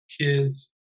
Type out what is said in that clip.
kids